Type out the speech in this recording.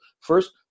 First